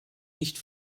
nicht